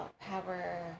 power